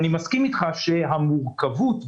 אני מסכים אתך שהמורכבות בתחום הזה,